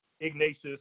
Ignatius